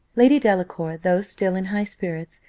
lady delacour, though still in high spirits,